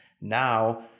Now